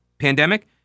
pandemic